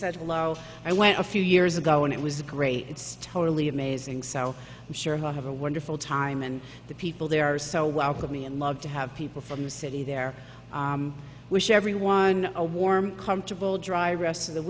said hello i went a few years ago and it was great it's totally amazing so i'm sure have a wonderful time and the people there are so welcome me and love to have people from the city there wish everyone a warm comfortable dry rest of the